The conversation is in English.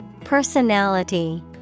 Personality